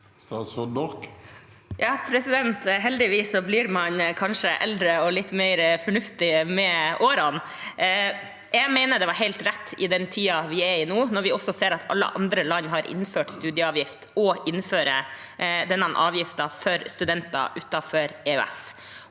Sandra Borch Heldigvis blir man eldre og kanskje litt mer fornuftig med årene. Jeg mener det var helt rett, i den tiden vi er i nå, når vi også ser at alle andre land har innført studieavgift, å innføre denne avgiften for studenter utenfor EØS.